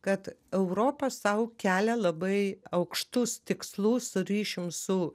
kad europa sau kelia labai aukštus tikslus ryšium su